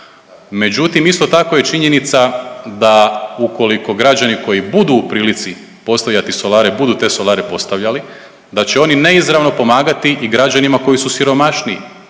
Međutim, isto tako je činjenica da ukoliko građani koji budu u prilici postavljati solare budu te solare postavljali da će oni neizravno pomagati i građanima koji su siromašniji.